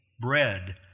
bread